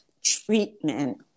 treatment